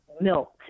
milk